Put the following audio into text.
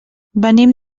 venim